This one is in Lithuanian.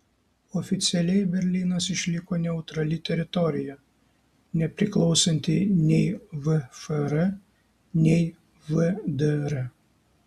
oficialiai berlynas išliko neutrali teritorija nepriklausanti nei vfr nei vdr